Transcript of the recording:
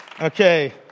Okay